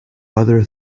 other